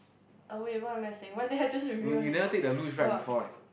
uh wait what am I saying what did I just review what he said god